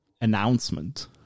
announcement